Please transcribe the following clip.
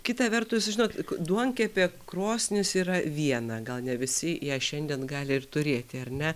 kita vertus žinot duonkepė krosnis yra viena gal ne visi ją šiandien gali ir turėti ar ne